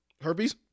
Herpes